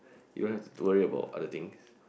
you has to worry about other things